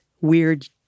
weird